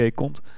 komt